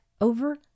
over